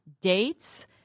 dates